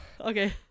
okay